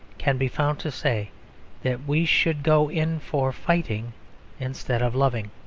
can be found to say that we should go in for fighting instead of loving.